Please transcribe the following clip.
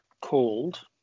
called